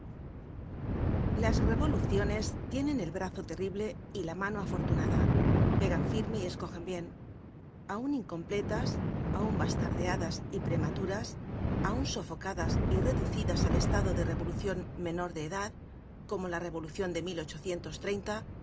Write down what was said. las revoluciones tienen el brazo terrible y la mano afortunada pegan firme y escogen bien aun incompletas aun bastardeadas y prematuras aun sofocadas y reducidas al estado de revolucion menor de edad como la revolucion de les